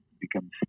becomes